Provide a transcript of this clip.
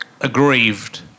aggrieved